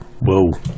Whoa